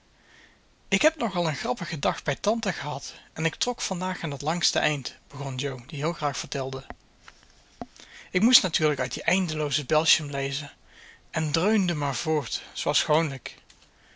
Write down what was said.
ik heb nogal een grappigen dag bij tante gehad en ik trok vandaag aan t langste eind begon jo die heel graag vertelde ik moest natuurlijk uit dien eindeloozen belsham lezen en dreunde maar voort zooals gewoonlijk